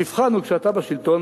המבחן הוא כשאתה בשלטון,